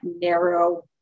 narrow